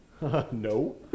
No